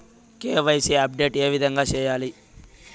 KYC update ఏ విధంగా సేయాలి?